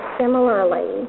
similarly